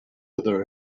other